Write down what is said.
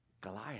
Goliath